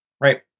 right